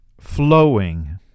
flowing